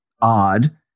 odd